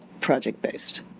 project-based